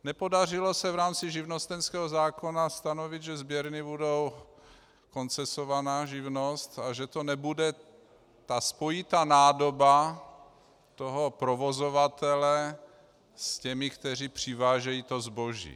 Nepodařilo se v rámci živnostenského zákona stanovit, že sběrny budou koncesovaná živnost a že to nebude spojitá nádoba provozovatele s těmi, kteří přivážejí to zboží.